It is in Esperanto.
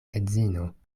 edzino